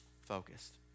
focused